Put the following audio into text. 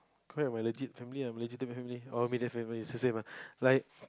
correct my legit family ah my legitimate family or immediate family is the same ah like